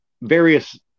various